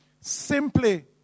Simply